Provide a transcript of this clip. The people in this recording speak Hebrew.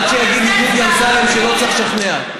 עד שיגיד לי דודי אמסלם שלא צריך לשכנע.